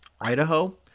Idaho